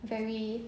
very